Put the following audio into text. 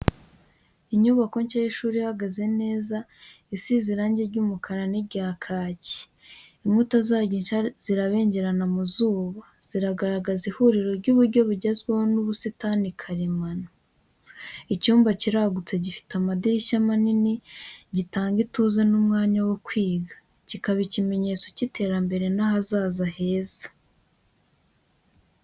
Inyubako nshya y’ishuri ihagaze neza, isize irangi ry’umweru n’irya kaki. Inkuta zayo nshya zirabengerana mu zuba, zigaragaza ihuriro ry’uburyo bugezweho n’ubusitani karemano. Icyumba kiragutse, gifite amadirishya manini, gitanga ituze n’umwanya wo kwiga, kikaba ikimenyetso cy’iterambere n’ahazaza heza.